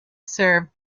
served